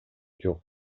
жок